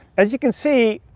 as you can see,